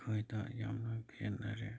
ꯑꯩꯈꯣꯏꯗ ꯌꯥꯝꯅ ꯈꯦꯠꯅꯔꯦ